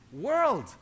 world